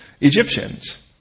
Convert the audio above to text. Egyptians